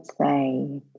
say